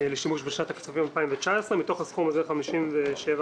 לשימוש בשנת הכספים 2019. מתוך הסכום הזה 57 מיליון